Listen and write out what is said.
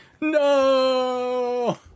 No